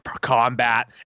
combat